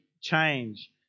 Change